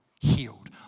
healed